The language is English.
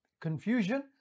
confusion